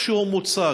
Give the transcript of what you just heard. איך שהוא מוצג,